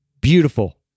beautiful